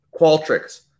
Qualtrics